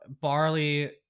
Barley